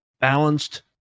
balanced